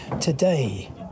today